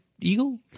eagle